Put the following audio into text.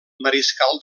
mariscal